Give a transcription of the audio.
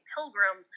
Pilgrim